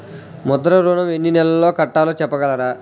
ముద్ర ఋణం ఎన్ని నెలల్లో కట్టలో చెప్పగలరా?